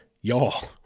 Y'all